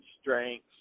strengths